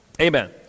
Amen